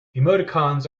emoticons